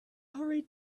hurried